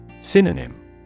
Synonym